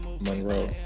Monroe